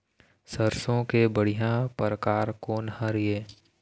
सरसों के बढ़िया परकार कोन हर ये?